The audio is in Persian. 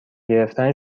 گرفتن